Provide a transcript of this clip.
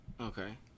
Okay